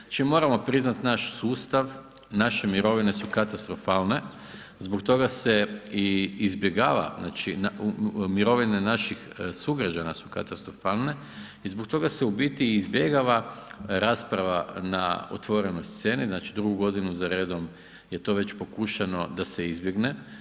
Znači moramo priznati naš sustav, naše mirovine su katastrofalne zbog toga se i izbjegava, znači mirovine naših sugrađana su katastrofalne i zbog toga se u biti i izbjegava rasprava na otvorenoj sceni, znači drugu godinu za redom je to već pokušano da se izbjegne.